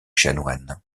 chanoine